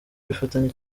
bifatanya